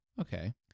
Okay